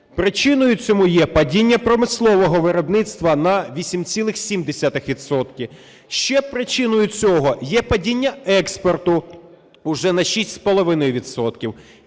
Причиною цьому є падіння промислового виробництва на 8,7 відсотки. Ще причиною цього є падіння експорту уже на 6,5